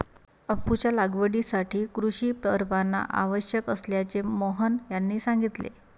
अफूच्या लागवडीसाठी कृषी परवाना आवश्यक असल्याचे मोहन यांनी सांगितले